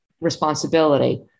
responsibility